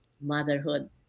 motherhood